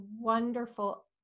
wonderful